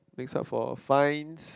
bring of all find